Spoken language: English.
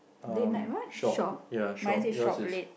um shop ya shop yours is